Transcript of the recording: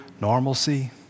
normalcy